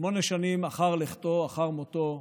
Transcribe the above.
שמונה שנים אחר לכתו, אחר מותו,